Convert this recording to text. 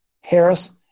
Harris